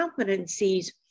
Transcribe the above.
competencies